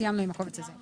סיימנו עם הקובץ הזה.